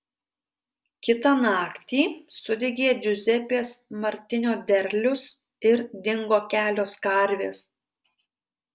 kitą naktį sudegė džiuzepės martinio derlius ir dingo kelios karvės